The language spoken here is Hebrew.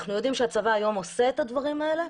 אנחנו יודעים שהצבא היום עושה את הדברים האלה,